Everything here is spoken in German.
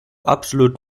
absolut